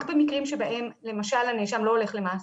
במקרים שבהם למשל הנאשם לא הולך למאסר.